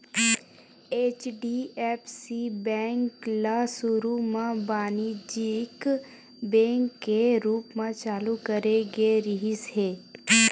HDFC bank ल सुरू म बानिज्यिक बेंक के रूप म चालू करे गे रिहिस हे